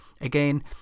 again